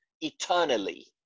eternally